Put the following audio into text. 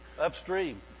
upstream